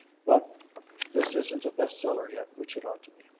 but this isn't a bestseller yet, which it ought to be.